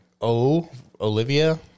O-Olivia